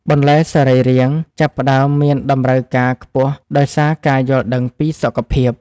បន្លែសរីរាង្គ ចាប់ផ្ដើមមានតម្រូវការខ្ពស់ដោយសារការយល់ដឹងពីសុខភាព។